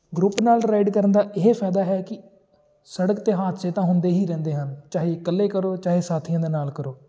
group ਨਾਲ ride ਕਰਨ ਦਾ ਇਹ ਫਾਇਦਾ ਹੈ ਕਿ ਸੜਕ 'ਤੇ ਹਾਦਸੇ ਤਾਂ ਹੁੰਦੇ ਹੀ ਰਹਿੰਦੇ ਹਨ ਚਾਹੇ ਇਕੱਲੇ ਕਰੋ ਚਾਹੇ ਸਾਥੀਆਂ ਦੇ ਨਾਲ ਕਰੋ